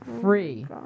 Free